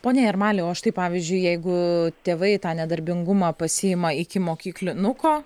pone jarmali o štai pavyzdžiui jeigu tėvai tą nedarbingumą pasiima ikimokyklinuko